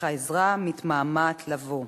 אך העזרה מתמהמהת לבוא.